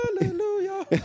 hallelujah